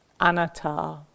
anatta